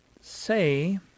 say